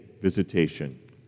visitation